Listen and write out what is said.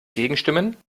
gegenstimmen